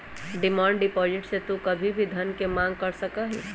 demand deposit में तू कभी भी धन के मांग कर सका हीं